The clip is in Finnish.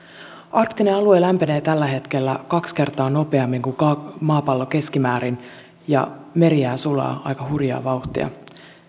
arktinen alue lämpenee tällä hetkellä kaksi kertaa nopeammin kuin maapallo keskimäärin ja merijää sulaa aika hurjaa vauhtia